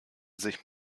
sich